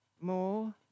More